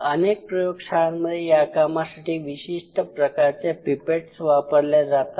अनेक प्रयोगशाळांमध्ये या कामासाठी विशिष्ट प्रकारच्या पिपेट्स वापरल्या जातात